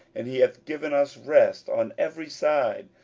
and he hath given us rest on every side.